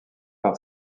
par